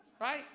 Right